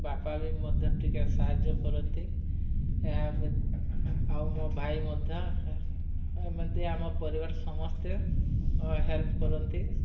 ବାପା ବି ମଧ୍ୟ ଟିକେ ସାହାଯ୍ୟ କରନ୍ତି ଏହା ଆଉ ମୋ ଭାଇ ମଧ୍ୟ ଏମିତି ଆମ ପରିବାର ସମସ୍ତେ ହେଲ୍ପ କରନ୍ତି